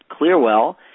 Clearwell